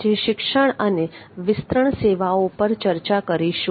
આજે શિક્ષણ અને વિસ્તરણ સેવાઓ પર ચર્ચા કરીશું